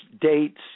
dates